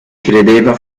credeva